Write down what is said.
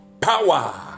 Power